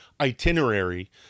Itinerary